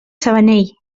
sabanell